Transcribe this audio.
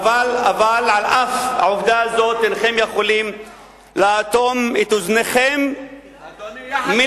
אבל על אף העובדה הזאת אינכם יכולים לאטום את אוזניכם מלשמוע,